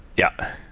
yeah.